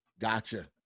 Gotcha